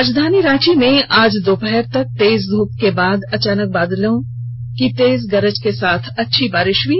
राजधानी रांची में आज दोपहर तक तेज धूप के बाद अचानक बादलों की तेज गरज के साथ अच्छी बारिश हुई